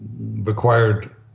required